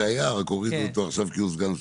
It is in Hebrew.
אבל הורידו אותו עכשיו כי הוא סגן שר.